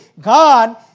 God